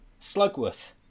Slugworth